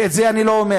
ואת זה אני לא אומר